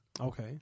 Okay